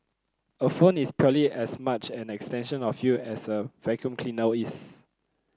a phone is purely as much an extension of you as a vacuum cleaner is